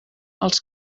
els